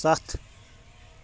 ستھ